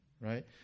right